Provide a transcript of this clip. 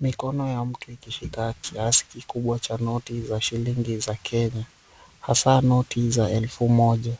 Mikono ya mtu ikishika kiasi kikubwa cha noti za shilingi za Kenya, hasa noti za elfu moja,